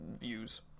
views